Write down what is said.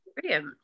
brilliant